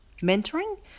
mentoring